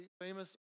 famous